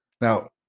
Now